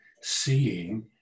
seeing